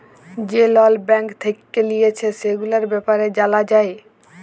যে লল ব্যাঙ্ক থেক্যে লিয়েছে, সেগুলার ব্যাপারে জালা যায়